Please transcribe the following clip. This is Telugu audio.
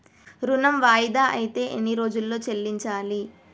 ఋణం వాయిదా అత్తే ఎన్ని రోజుల్లో చెల్లించాలి?